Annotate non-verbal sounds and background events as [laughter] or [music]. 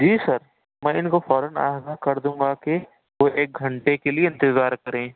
جی sir میں ان کو فورا [unintelligible] کردوں گا آ کر کے تو ایک گھنٹے کے لئے انتظار کریں